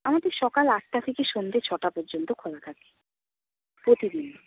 আমাদের সকাল আটটা থেকে সন্ধ্যে ছটা পর্যন্ত খোলা থাকে প্রতিদিন